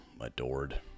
adored